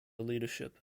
leadership